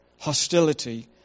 hostility